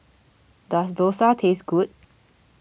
does Dosa taste good